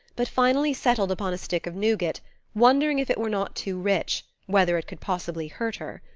but finally settled upon a stick of nougat, wondering if it were not too rich whether it could possibly hurt her.